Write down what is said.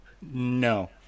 No